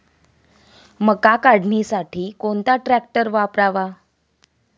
मका काढणीसाठी कोणता ट्रॅक्टर वापरावा?